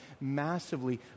massively